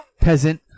Peasant